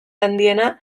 handiena